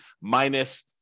minus